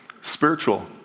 spiritual